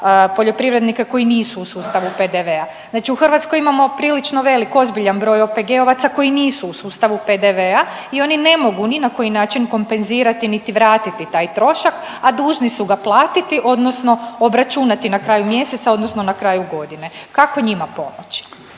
poljoprivrednike koji nisu u sustavu PDV-a? Znači u Hrvatskoj imamo prilično velik, ozbiljan broj OPG-ovaca koji nisu u sustavu PDV-a i oni ne mogu ni na koji način kompenzirati, niti vratiti taj trošak a dužni su ga platiti, odnosno obračunati na kraju mjeseca odnosno na kraju godine. Kako njima pomoći?